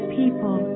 people